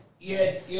Yes